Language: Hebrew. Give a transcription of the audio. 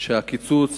שהקיצוץ